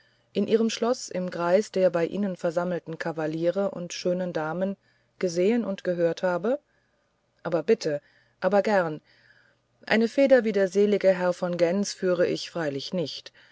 in ihrem schloß im kreis der bei ihnen versammelten kavaliere und schönen damen gesehen und gehört habe aber bitte aber gern eine feder wie der selige herr von gentz führe ich freilich nicht